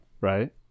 right